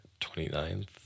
29th